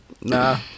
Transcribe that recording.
nah